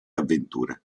avventure